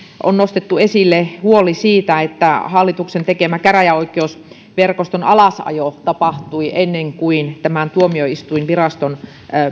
on nostettu esille huoli siitä että hallituksen tekemä käräjäoikeusverkoston alasajo tapahtui ennen kuin tuomioistuinviraston